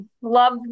Love